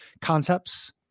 concepts